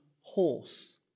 horse